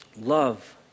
Love